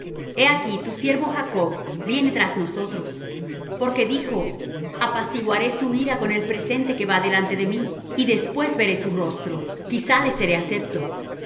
he aquí tu siervo jacob viene tras nosotros porque dijo apaciguaré su ira con el presente que va delante de mí y después veré su rostro quizá le seré acepto